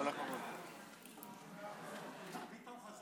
מה, ביטן חזר